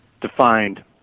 defined